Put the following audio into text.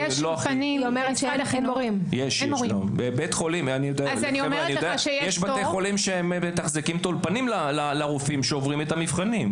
יש בתי חולים שמתחזקים את האולפנים לרופאים שעוברים את המבחנים.